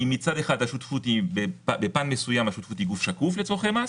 מצד אחד השותפות היא גוף שקוף לצורכי מס,